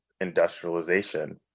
industrialization